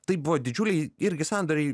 tai buvo didžiuliai irgi sandoriai